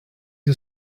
you